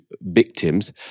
victims